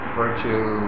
virtue